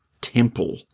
temple